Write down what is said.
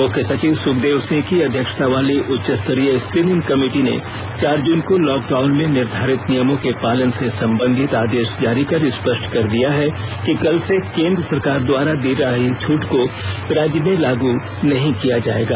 मुख्य सचिव सुखदेव सिंह की अध्यक्षतावाली उच्चस्तरीय स्क्रीनिंग कमिटि ने चार जून को लॉकडाउन में निर्धारित नियमों के पालन से संबंधित आदेश जारी कर स्पष्ट कर दिया है कि कल से केन्द्र सरकार द्वारा दी जा रही छूट को राज्य में लागू नहीं किया जाएगा